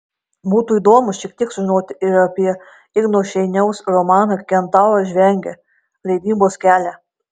būtų įdomu šiek tiek sužinoti ir apie igno šeiniaus romano kentauras žvengia leidybos kelią